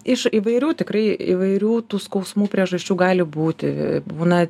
iš įvairių tikrai įvairių tų skausmų priežasčių gali būti būna